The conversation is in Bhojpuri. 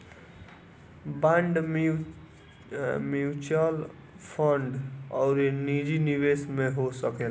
बांड म्यूच्यूअल फंड अउरी निजी निवेश में हो सकेला